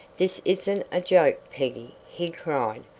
this isn't a joke, peggy, he cried.